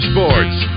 Sports